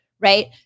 right